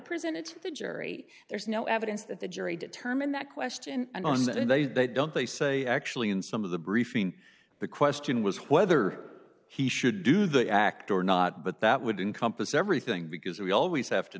presented to the jury there's no evidence that the jury determined that question and on that and they they don't they say actually in some of the briefing the question was whether he should do the act or not but that would encompass everything because we always have to